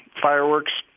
fireworks,